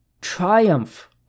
Triumph